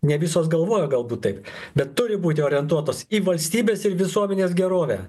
ne visos galvoja galbūt taip bet turi būti orientuotos į valstybės ir visuomenės gerovę